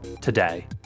today